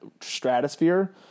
stratosphere